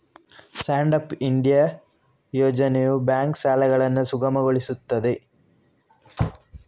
stand up India ಯೋಜನೆಯು bank ಸಾಲಗಳನ್ನು ಸುಗಮಗೊಳಿಸುತ್ತದೆ